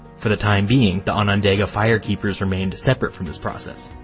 for the time being, the onondaga firekeepers remained separate from this process.